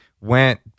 went